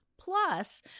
Plus